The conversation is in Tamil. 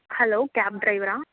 hello cab ட்ரைவரா